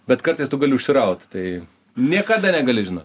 bet kartais tu gali užsiraut tai niekada negali žinot